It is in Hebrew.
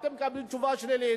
אתם מקבלים תשובה שלילית,